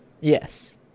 Yes